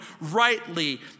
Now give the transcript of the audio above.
rightly